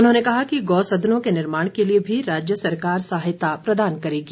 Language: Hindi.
उन्होंने कहा कि गौ सदनों के निर्माण के लिए भी राज्य सरकार सहायता प्रदान करेगी